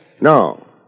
No